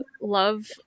love